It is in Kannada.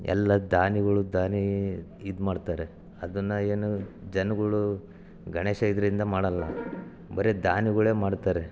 ಎಲ್ಲ ದಾನಿಗಳು ದಾನಿ ಇದು ಮಾಡ್ತಾರೆ ಅದನ್ನು ಏನು ಜನ್ಗಳು ಗಣೇಶ ಇದರಿಂದ ಮಾಡೋಲ್ಲ ಬರೀ ದಾನಿಗಳೇ ಮಾಡ್ತಾರೆ